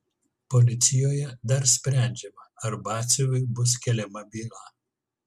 policijoje dar sprendžiama ar batsiuviui bus keliama byla